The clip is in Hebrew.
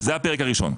זה הפרק הראשון.